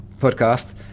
podcast